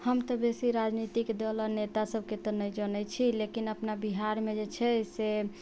हम तऽ बेसी राजनीतिक दलक नेता सभके तऽ नहि जनै छी लेकिन अपना बिहारमे जेछै से